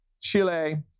Chile